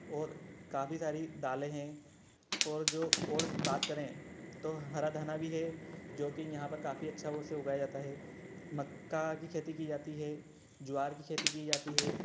और काफी सारी दाले हैं और जो और बात करें तो हरा धना भी है जो कि यहाँ पर काफी अच्छा उसे उगाया जाता है मक्का की खेती की जाती है ज्वार की खेती की जाती है